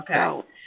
Okay